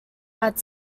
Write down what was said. had